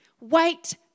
Wait